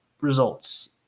results